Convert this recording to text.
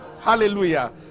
Hallelujah